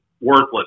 worthless